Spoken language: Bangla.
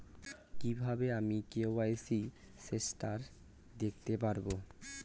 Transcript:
কিভাবে আমি কে.ওয়াই.সি স্টেটাস দেখতে পারবো?